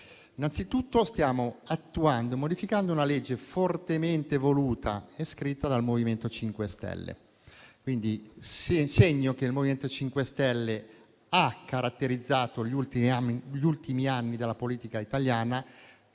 anzitutto attuando e modificando una legge fortemente voluta e scritta dal MoVimento 5 Stelle. È il segno che il MoVimento 5 Stelle ha caratterizzato gli ultimi anni della politica italiana